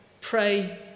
pray